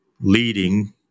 leading